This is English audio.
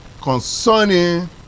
concerning